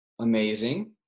amazing